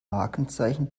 markenzeichen